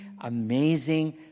amazing